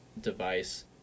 device